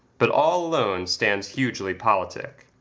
but all alone stands hugely politic.